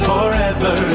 Forever